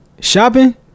Shopping